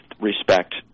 respect